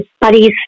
buddies